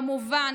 כמובן,